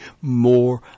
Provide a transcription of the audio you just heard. more